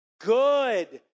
Good